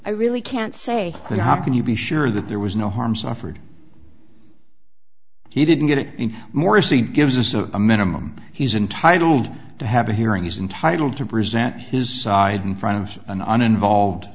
i really can't say how can you be sure that there was no harm suffered he didn't get it in morrissey gives us a minimum he's entitled to have a hearing is entitle to present his side in front of an un and volved